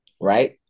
Right